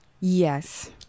yes